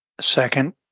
Second